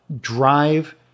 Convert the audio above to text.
drive